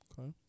okay